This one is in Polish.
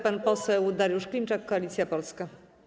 Pan poseł Dariusz Klimczak, Koalicja Polska.